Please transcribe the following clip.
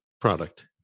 product